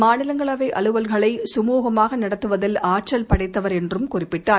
மாநிலங்களவை அலுவல்களை கமுகமாக நடத்துவதில் ஆற்றல் படைத்தவர் என்றும் குறிப்பிட்டார்